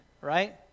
right